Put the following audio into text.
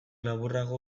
laburrago